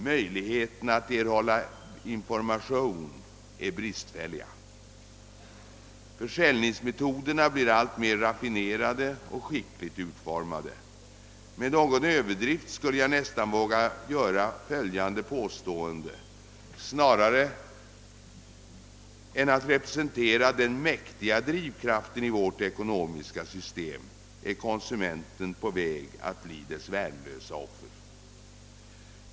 Möjligheterna att erhålla information är bristfälliga. Försäljningsmetoderna blir alltmer raffinerade och skickligt utformade. Med någon överdrift skulle jag nästan våga göra följande påstående: Snarare än att representera den mäktiga drivkraften i vårt ekonomiska system är konsumenten på väg att bli dess värnlösa offer.